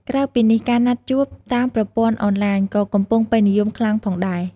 ក្រៅពីនេះ ការណាត់ជួបតាមប្រព័ន្ធអនឡាញក៏កំពុងពេញនិយមខ្លាំងផងដែរ។